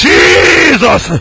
Jesus